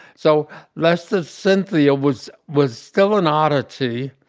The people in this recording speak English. so lester's cynthia was was still an oddity.